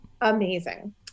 amazing